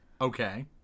Okay